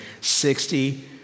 sixty